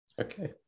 Okay